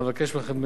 אבקש מכם,